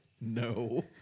No